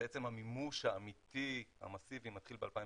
ובעצם המימוש האמיתי המסיבי מתחיל ב-2017,